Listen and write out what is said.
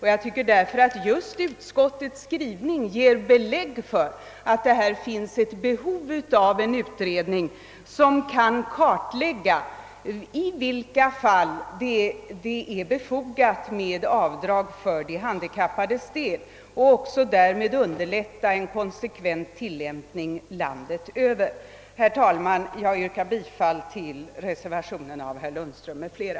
Jag tycker därför att även utskottets skrivning ger belägg för att härvidlag föreligger ett behov av en utredning, som kan kartlägga i vilka fall det är befogat med avdragsrätt för de handikappade, varmed man också underlättar en konsekvent tillämpning landet över. Herr talman! Jag yrkar bifall till reservationen av herr Lundström m.fl.